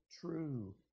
true